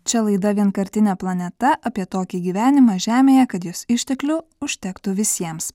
čia laida vienkartinė planeta apie tokį gyvenimą žemėje kad jos išteklių užtektų visiems